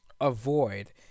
Avoid